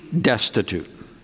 destitute